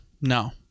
no